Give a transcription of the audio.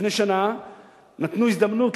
לפני שנה נתנו הזדמנות,